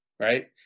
Right